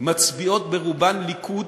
מצביעות רובן לליכוד